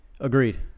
Agreed